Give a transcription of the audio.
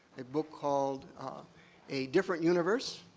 a book called a different universe.